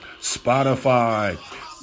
Spotify